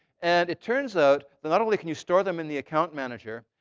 and it turns out that not only can you store them in the account manager,